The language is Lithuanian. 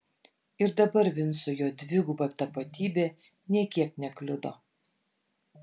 ir dabar vincui jo dviguba tapatybė nė kiek nekliudo